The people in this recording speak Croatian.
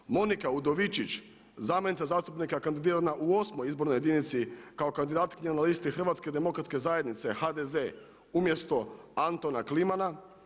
Pod 5. Monika Udovičić zamjenica zastupnika kandidirana u 8. izbornoj jedinici kao kandidatkinja na listi Hrvatske demokratske zajednice HDZ umjesto Antona Klimana.